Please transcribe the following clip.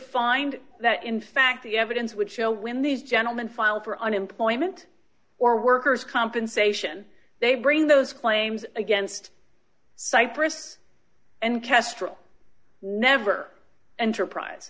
find that in fact the evidence would show when these gentlemen filed for unemployment or workers compensation they bring those claims against cyprus and kestrel never enterprise